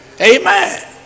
Amen